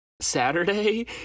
Saturday